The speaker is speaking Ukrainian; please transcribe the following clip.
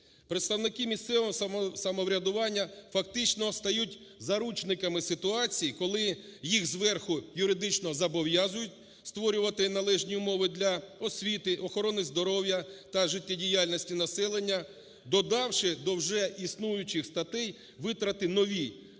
Представники місцевого самоврядування фактично стають заручниками ситуації, коли їх зверху юридично зобов'язують створювати належні умови для освіти, охорони здоров'я та життєдіяльності населення, додавши до вже існуючих статей витрати нові, а